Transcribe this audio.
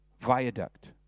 Viaduct